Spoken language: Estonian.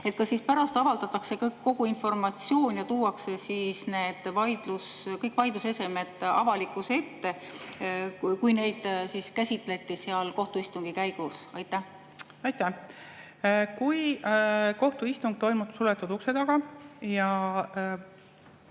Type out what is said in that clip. Kas siis pärast avaldatakse kogu informatsioon ja tuuakse kõik need vaidlusesemed avalikkuse ette, kui neid käsitleti kohtuistungi käigus? Aitäh! Kui kohtuistung toimub suletud ukse taga –